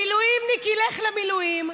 מילואימניק ילך למילואים,